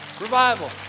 Revival